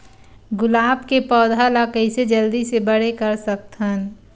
गुलाब के पौधा ल कइसे जल्दी से बड़े कर सकथन?